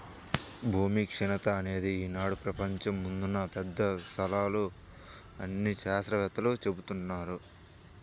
భూమి క్షీణత అనేది ఈనాడు ప్రపంచం ముందున్న పెద్ద సవాలు అని శాత్రవేత్తలు జెబుతున్నారు